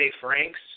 Franks